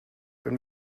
wenn